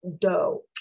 dough